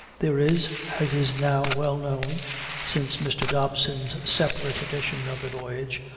there is, as is now well known since mr. dobson's separate edition of the voyage,